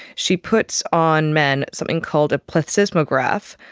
she puts on men something called a plethysmograph,